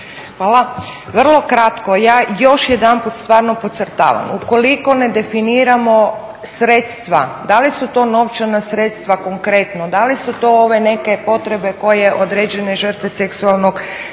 Hvala. Vrlo kratko. Ja još jedanput stvarno podcrtavam ukoliko ne definiramo sredstva, da li su to novčana sredstva konkretno, da li su to ove neke potrebe koje određene žrtve seksualnog nasilja